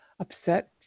upset